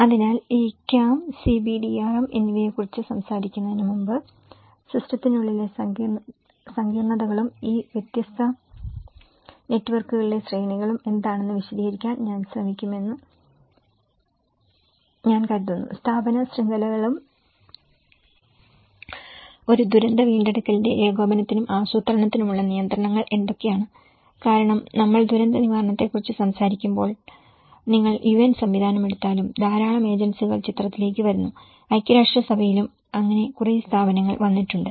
അതിനാൽ ഈ CAM CBDRM എന്നിവയെക്കുറിച്ച് സംസാരിക്കുന്നതിന് മുമ്പ് സിസ്റ്റത്തിനുള്ളിലെ സങ്കീർണ്ണതകളും ഈ വ്യത്യസ്ത നെറ്റ്വർക്കുകളിലെ ശ്രേണികളും എന്താണെന്ന് വിശദീകരിക്കാൻ ഞാൻ ശ്രമിക്കുമെന്ന് ഞാൻ കരുതുന്നു സ്ഥാപന ശൃംഖലകളും ഒരു ദുരന്ത വീണ്ടെടുക്കലിന്റെ ഏകോപനത്തിനും ആസൂത്രണത്തിനുമുള്ള നിയന്ത്രണങ്ങൾ എന്തൊക്കെയാണ് കാരണം നമ്മൾ ദുരന്തനിവാരണത്തെക്കുറിച്ച് സംസാരിക്കുമ്പോൾ നിങ്ങൾ യുഎൻ സംവിധാനമെടുത്താലും ധാരാളം ഏജൻസികൾ ചിത്രത്തിലേക്ക് വരുന്നു ഐക്യരാഷ്ട്രസഭയിലും അങ്ങനെ കുറെ സ്ഥാപനങ്ങൾ വന്നിട്ടുണ്ട്